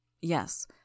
Yes